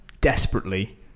desperately